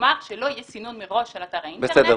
כלומר שלא יהיה סינון מראש על אתר האינטרנט,